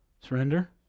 Surrender